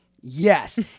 Yes